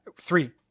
three